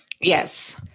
Yes